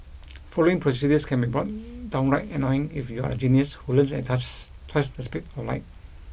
following procedures can be downright annoying if you're a genius who learns at twice the speed of light